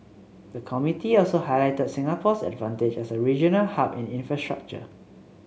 the committee also highlighted Singapore's advantage as a regional hub in infrastructure